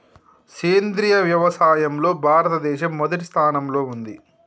సేంద్రియ వ్యవసాయంలో భారతదేశం మొదటి స్థానంలో ఉంది